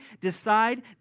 decide